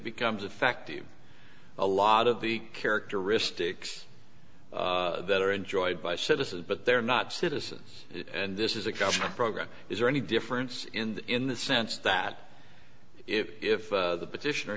becomes effective a lot of the characteristics that are enjoyed by citizens but they're not citizens and this is a government program is there any difference in the in the sense that if the petition